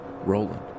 Roland